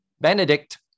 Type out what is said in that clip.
benedict